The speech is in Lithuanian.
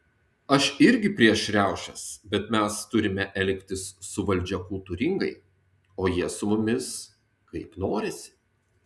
aš irgi prieš riaušės bet mes turime elgtis su valdžia kultūringai o jie su mumis kaip norisi